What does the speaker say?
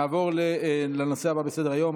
אנחנו נעבור לנושא הבא בסדר-היום,